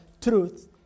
truth